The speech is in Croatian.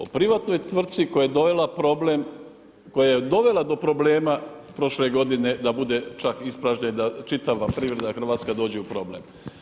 O privatnoj tvrtci koja je ... problem, koja je dovela do problema prošle godine da bude čak ispražnjena čitava privreda, Hrvatska dođe u problem.